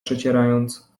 przecierając